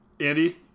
Andy